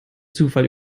zufall